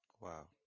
Wow